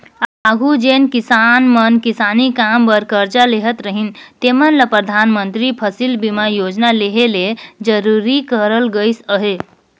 आघु जेन किसान मन किसानी काम बर करजा लेहत रहिन तेमन ल परधानमंतरी फसिल बीमा योजना लेहे ले जरूरी करल गइस अहे